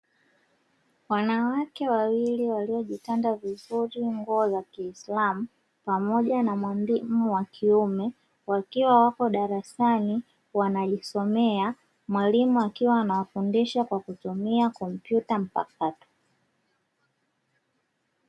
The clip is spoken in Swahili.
wanawake wawili waliojitanda vizuri nguo za kislamu ,pamoja na mwalimu wa kiume, wakiwa wapo darasani wanajisomea ,mwalimu akiwa anawafundisha kwa kutumia komputa mpakato.